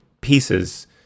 pieces